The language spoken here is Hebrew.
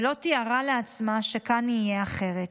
ולא תיארה לעצמה שכאן יהיה אחרת.